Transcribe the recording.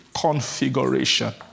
configuration